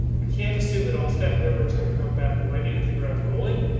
we can't assume that all staff members going to come back already hit the ground rolling.